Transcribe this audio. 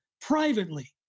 privately